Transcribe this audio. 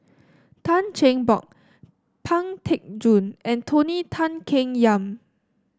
Tan Cheng Bock Pang Teck Joon and Tony Tan Keng Yam